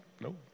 No